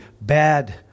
bad